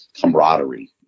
camaraderie